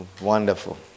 Wonderful